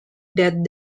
that